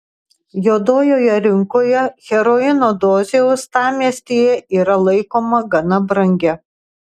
juodojoje rinkoje heroino dozė uostamiestyje yra laikoma gana brangia